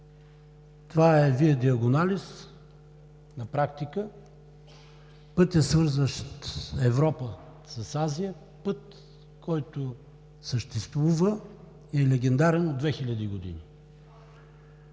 това е Виа Диагоналис на практика, пътят, свързващ Европа с Азия, път, който съществува и е легендарен от две хиляди